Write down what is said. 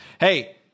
Hey